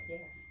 Yes